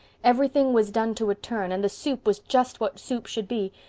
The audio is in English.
everything was done to a turn and the soup was just what soup should be,